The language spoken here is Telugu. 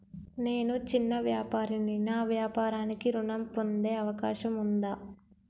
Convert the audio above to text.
నేను చిన్న వ్యాపారిని నా వ్యాపారానికి ఋణం పొందే అవకాశం ఉందా?